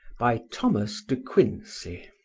by thomas de quincey